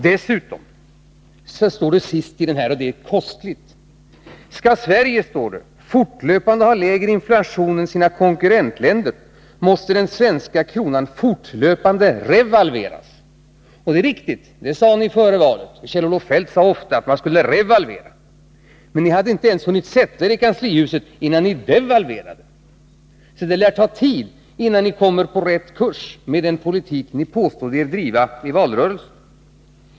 Dessutom står det sist i den här broschyren, och det är kostligt: Skall Sverige fortlöpande ha lägre inflation än sina konkurrentländer måste den svenska kronan fortlöpande revalveras. — Och det är viktigt — det sade ni före valet. Kjell-Olof Feldt sade ofta att man skulle revalvera. Men ni hade inte ens hunnit sätta er i kanslihuset förrän ni devalverade. Det lär alltså ta tid, innan ni kommer på rätt kurs med den politik ni påstod er driva i valrörelsen.